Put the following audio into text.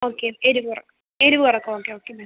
okay എരിവ് എരിവ് കുറയ്ക്കാം ഓക്കെ ഓക്കെ മാം